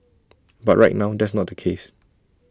but right now that's not the case